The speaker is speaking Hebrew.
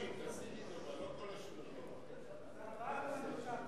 לא כל ה-30, תעשי לי טובה.